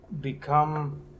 Become